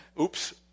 oops